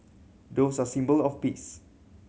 doves are symbol of peace